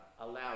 allow